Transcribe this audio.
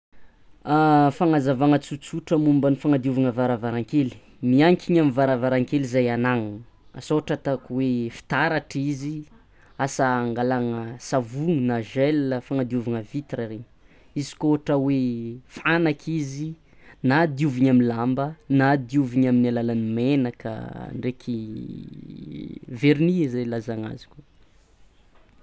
Fagnazavana tsotsotra momba ny fanadiovana varavarankely, miankina amin'ny varavarankely zay anagnana, asa ohatra ataoko hoe fitaratra izy, asa angalagna savony na gel fagnadiovana vitra regny izy koa ohatra fanaka izy na dioviny amy lamba na dioviny amin'ny alalan'ny menaka na vernis zay ilazana azy.